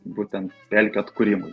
būtent pelkių atkūrimui